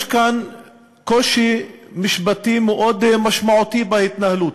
כאן קושי משפטי מאוד משמעותי בהתנהלות.